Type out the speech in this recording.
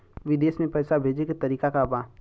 विदेश में पैसा भेजे के तरीका का बा?